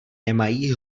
nemají